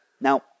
Now